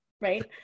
right